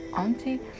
auntie